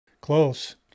Close